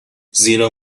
زیرا